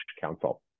council